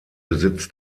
besitz